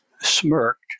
smirked